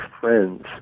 friends